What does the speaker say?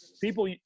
people